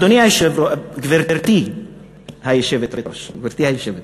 גברתי היושבת-ראש,